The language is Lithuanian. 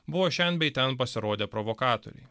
buvo šen bei ten pasirodę provokatoriai